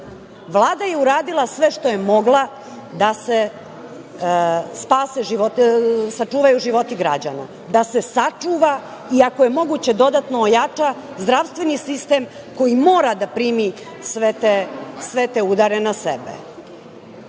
Vlada je uradila sve što je mogla da se sačuvaju životi građana, da se sačuva i ako je moguće dodatno ojača zdravstveni sistem koji mora da primi sve te udare na sebe.